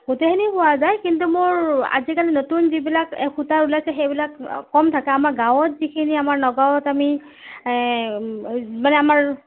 গোটেইখিনি পোৱা যায় কিন্তু মোৰ আজিকালি নতুন যিবিলাক এ সূতা ওলাইছে সেইবিলাক কম থাকে আমাৰ গাঁৱত যিখিনি আমাৰ নগাঁৱত আমি এ মানে আমাৰ